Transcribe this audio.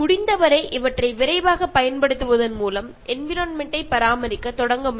അതിനാൽ നിങ്ങൾ എത്രയും വേഗം ഈ നിർദേശങ്ങൾ വച്ചുകൊണ്ട് നിങ്ങളുടെ ചുറ്റുപാടുകളെ സംരക്ഷിക്കാൻ ആരംഭിക്കുക